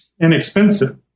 inexpensive